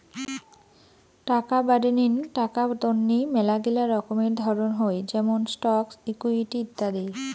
টাকা বাডেঙ্নি টাকা তন্নি মেলাগিলা রকমের ধরণ হই যেমন স্টকস, ইকুইটি ইত্যাদি